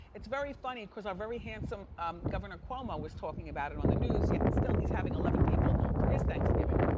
it's very funny. cause our very handsome governor cuomo was talking about it on the news, yet and still he's having eleven people for his thanksgiving.